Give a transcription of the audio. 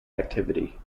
activity